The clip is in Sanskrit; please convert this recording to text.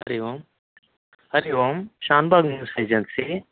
Hari Om Hari Om Shanbhag news agency